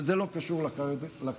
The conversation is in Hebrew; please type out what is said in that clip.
שזה לא קשור לחרדים,